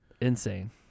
Insane